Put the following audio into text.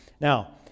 Now